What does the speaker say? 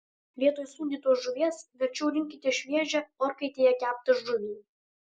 vietoj sūdytos žuvies verčiau rinkitės šviežią orkaitėje keptą žuvį